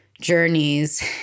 journeys